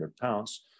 pounds